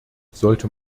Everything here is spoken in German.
sollte